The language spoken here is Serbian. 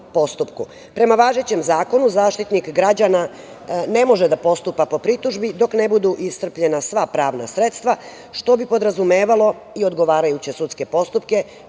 važećem zakonu, Zaštitnik građana ne može da postupa po pritužbi dok ne budu iscrpljena sva pravna sredstva, što bi podrazumevalo i odgovarajuće sudske postupke,